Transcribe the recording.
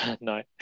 no